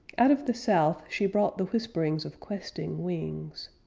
out of the south she brought the whisperings of questing wings.